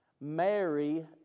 Mary